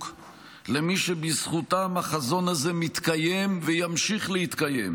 למי שבזכותם החזון הזה מתקיים וימשיך להתקיים,